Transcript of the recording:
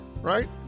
right